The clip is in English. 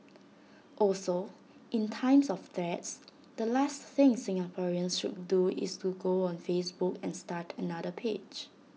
also in times of threats the last thing Singaporeans should do is to go on Facebook and start another page